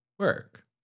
work